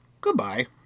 Goodbye